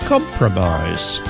Compromise